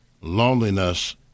loneliness